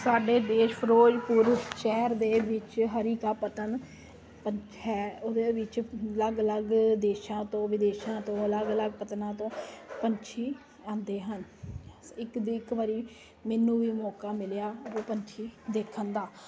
ਸਾਡੇ ਦੇਸ਼ ਫਿਰੋਜਪੁਰ ਸ਼ਹਿਰ ਦੇ ਵਿੱਚ ਹਰੀ ਕਾ ਪੱਤਣ ਹੈ ਉਹਦੇ ਵਿੱਚ ਅਲੱਗ ਅਲੱਗ ਦੇਸ਼ਾਂ ਤੋਂ ਵਿਦੇਸ਼ਾਂ ਤੋਂ ਅਲੱਗ ਅਲੱਗ ਪਤਨਾਂ ਤੋਂ ਪੰਛੀ ਆਂਦੇ ਹਨ ਇੱਕ ਇੱਕ ਵਰੀ ਮੈਨੂੰ ਵੀ ਮੌਕਾ ਮਿਲਿਆ ਪੰਛੀ ਦੇਖਣ ਦਾ